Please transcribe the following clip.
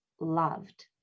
loved